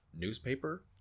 newspaper